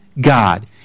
God